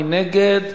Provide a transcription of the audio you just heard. מי נגד?